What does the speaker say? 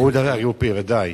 האיחוד האירופי, ודאי.